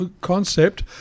concept